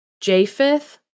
Japheth